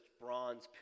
bronze